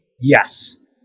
Yes